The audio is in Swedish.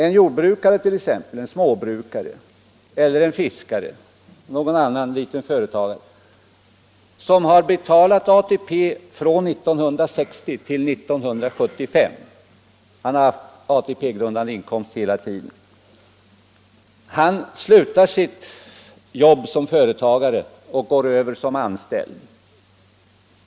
En småbrukare, en fiskare eller någon annan småföretagare som haft ATP-grundande inkomst och betalat sin ATP-avgift från 1960 till 1975 slutar sitt jobb som företagare och går över till att vara anställd.